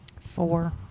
Four